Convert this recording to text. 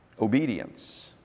Obedience